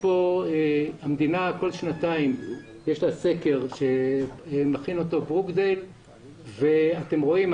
המדינה כל שנתיים עורכת סקר שמכין אותו מכון ברוקדייל ואתם רואים,